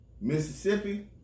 Mississippi